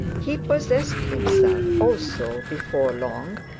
he possessed himself, also before long,